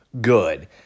good